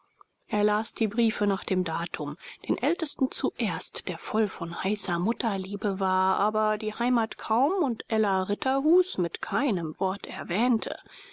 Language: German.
er las die briefe nach dem datum den ältesten zuerst der voll von heißer mutterliebe war aber die heimat kaum und ella ritterhus mit keinem wort erwähnte